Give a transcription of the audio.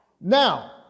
Now